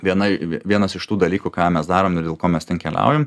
viena vienas iš tų dalykų ką mes darom ir dėl ko mes ten keliaujam